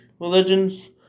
religions